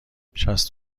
شصت